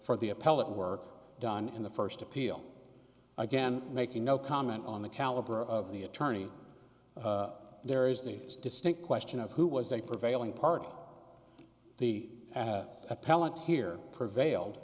for the appellate work done in the first appeal again making no comment on the caliber of the attorney there is the distinct question of who was a prevailing party the appellant here prevailed